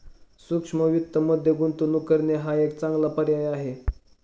सूक्ष्म वित्तमध्ये गुंतवणूक करणे हा एक चांगला पर्याय आहे